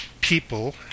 people